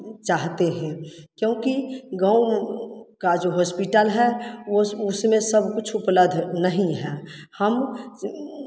चाहते हैं क्योंकि गाँव का जो हॉस्पिटल है वो उसमें सब कुछ उपलध नहीं है हम